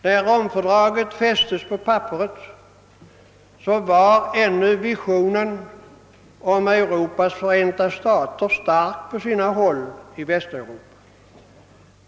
När Romfördraget fästes på papperet var ännu visionen om Europas förenta stater stark på sina håll i Västeuropa.